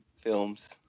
films